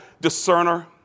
discerner